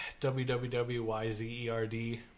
WWWYZERD